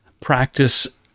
practice